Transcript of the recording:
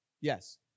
Yes